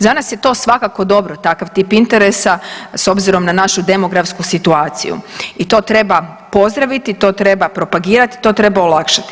Za nas je to svakako dobro, takav tip interesa s obzirom na našu demografsku situaciju i to treba pozdraviti, to treba propagirati, to treba olakšati.